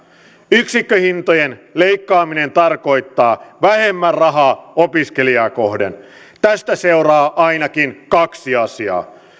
yksikköhintojen leikkaaminen tarkoittaa vähemmän rahaa opiskelijaa kohden tästä seuraa ainakin kaksi asiaa